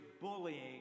bullying